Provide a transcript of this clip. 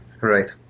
Right